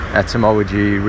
etymology